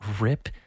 rip